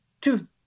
two